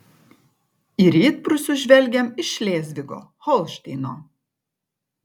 į rytprūsius žvelgiam iš šlėzvigo holšteino